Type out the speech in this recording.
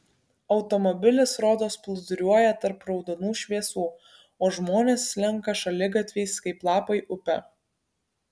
automobilis rodos plūduriuoja tarp raudonų šviesų o žmonės slenka šaligatviais kaip lapai upe